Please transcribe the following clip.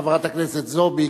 חברת הכנסת זועבי,